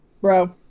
bro